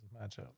matchup